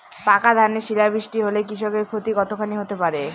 পাকা ধানে শিলা বৃষ্টি হলে কৃষকের ক্ষতি কতখানি হতে পারে?